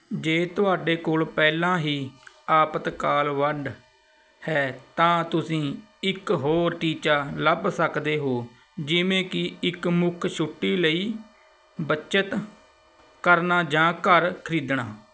ਜੇ ਤੁਹਾਡੇ ਕੋਲ ਪਹਿਲਾਂ ਹੀ ਆਪਾਤ ਕਾਲ ਵੰਡ ਹੈ ਤਾਂ ਤੁਸੀਂ ਇੱਕ ਹੋਰ ਟੀਚਾ ਲੱਭ ਸਕਦੇ ਹੋ ਜਿਵੇਂ ਕੀ ਇੱਕ ਮੁੱਖ ਛੁੱਟੀ ਲਈ ਬੱਚਤ ਕਰਨਾ ਜਾਂ ਘਰ ਖਰੀਦਣਾ